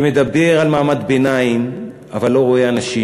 שמדבר על מעמד ביניים אבל לא רואה אנשים,